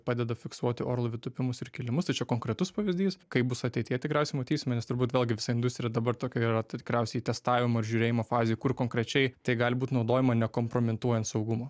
padeda fiksuoti orlaivių tūpimus ir kilimus tačiau konkretus pavyzdys kaip bus ateityje tikriausiai matysime nes turbūt vėlgi visa industrija dabar tokio yra tikriausiai testavimo ir žiūrėjimo fazėj kur konkrečiai tai gali būt naudojama nekompromituojant saugumo